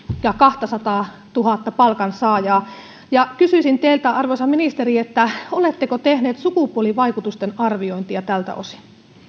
ja kahtasataatuhatta palkansaajaa kysyisin teiltä arvoisa ministeri oletteko tehneet sukupuolivaikutusten arviointia tältä osin